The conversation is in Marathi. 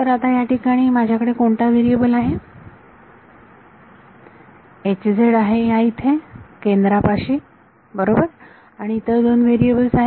तर आता या ठिकाणी माझ्याकडे कोणता व्हेरिएबल आहे आहे या इथे केंद्रापाशी बरोबर आणि इतर दोन व्हेरिएबल्स आहेत